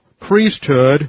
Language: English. priesthood